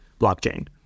blockchain